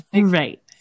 Right